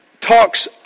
talks